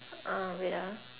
uh wait ah